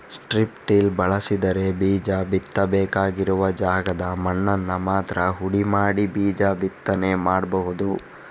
strip till ಬಳಸಿದ್ರೆ ಬೀಜ ಬಿತ್ತಬೇಕಾಗಿರುವ ಜಾಗದ ಮಣ್ಣನ್ನ ಮಾತ್ರ ಹುಡಿ ಮಾಡಿ ಬೀಜ ಬಿತ್ತನೆ ಮಾಡ್ಬಹುದು